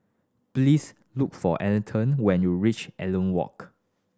please look for Aleten when you reach Walk